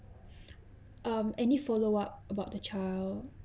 um any follow up about the child